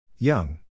Young